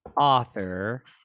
author